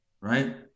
Right